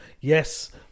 yes